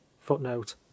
footnote